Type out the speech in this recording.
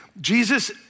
Jesus